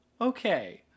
Okay